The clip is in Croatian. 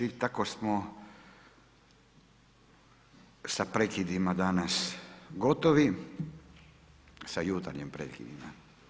I tako smo sa prekidima danas gotovi, sa jutarnjim prekidima.